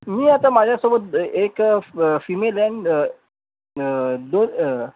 मी आता माझ्यासोबत एक फिमेल आहे न दोन